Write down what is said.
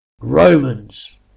Romans